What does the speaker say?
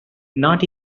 not